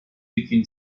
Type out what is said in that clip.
within